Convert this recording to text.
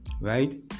right